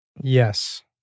Yes